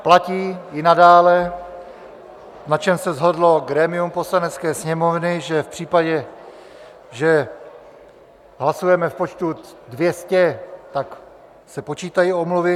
Platí i nadále, na čem se shodlo grémium Poslanecké sněmovny, že v případě, že hlasujeme v počtu 200, tak se počítají omluvy.